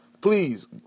Please